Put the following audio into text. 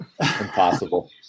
Impossible